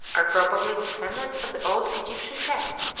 are probably descendants of the old egyptian cat,